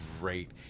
great